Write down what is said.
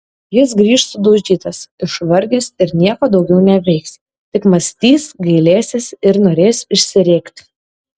jis grįš sudaužytas išvargęs ir nieko daugiau neveiks tik mąstys gailėsis ir norės išsirėkti